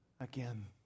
again